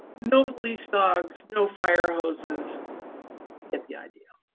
no police dogs, no fire hoses you get the idea.